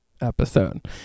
episode